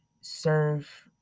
serve